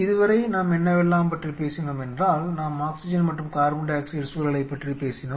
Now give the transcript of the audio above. இதுவரை நாம் என்னவெல்லாம் பற்றி பேசினோம் என்றால் நாம் ஆக்ஸிஜன் மற்றும் கார்பன் டை ஆக்சைடு சூழலைப் பற்றி பேசினோம்